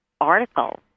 article